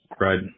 Right